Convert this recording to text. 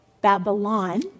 Babylon